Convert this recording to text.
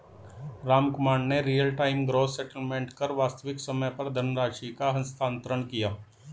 रामकुमार ने real time gross settlement कर वास्तविक समय पर धनराशि का हस्तांतरण किया